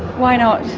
why not?